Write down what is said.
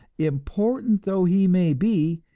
important though he may be,